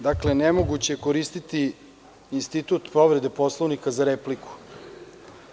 Dakle, nemoguće je koristiti institut povrede Poslovnika za repliku.